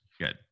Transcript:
Good